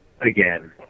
again